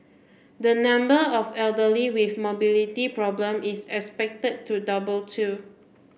the number of elderly with mobility problem is expected to double too